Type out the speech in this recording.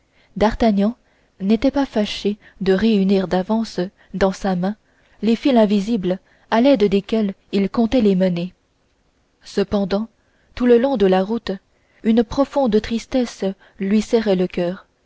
d'artagnan n'était pas fâché de réunir d'avance dans sa main les fils invisibles à l'aide desquels il comptait les mener cependant tout le long de la route une profonde tristesse lui serrait le coeur